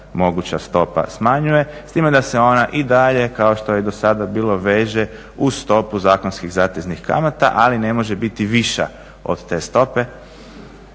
moguća stopa smanjuje, s time da se ona i dalje kao što je i do sada bilo, veže uz stopu zakonskih zateznih kamata, ali ne može biti viša od te stope